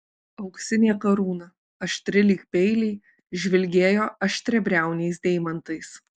auksinė karūna aštri lyg peiliai žvilgėjo aštriabriauniais deimantais